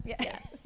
Yes